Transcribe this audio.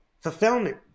fulfillment